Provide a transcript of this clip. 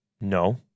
No